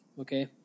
Okay